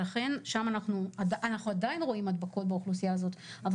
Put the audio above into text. אנחנו עדיין רואים הדבקות באוכלוסייה הזאת,